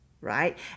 Right